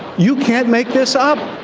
you can't make this up